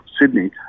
Sydney